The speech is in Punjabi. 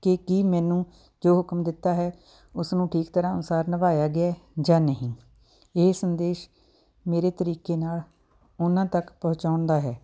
ਕਿ ਕੀ ਮੈਨੂੰ ਜੋ ਹੁਕਮ ਦਿੱਤਾ ਹੈ ਉਸਨੂੰ ਠੀਕ ਤਰ੍ਹਾਂ ਅਨੁਸਾਰ ਨਿਭਾਇਆ ਗਿਆ ਜਾਂ ਨਹੀਂ ਇਹ ਸੰਦੇਸ਼ ਮੇਰੇ ਤਰੀਕੇ ਨਾਲ ਉਹਨਾਂ ਤੱਕ ਪਹੁੰਚਾਉਣ ਦਾ ਹੈ